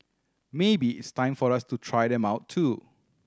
maybe it's time for us to try them out too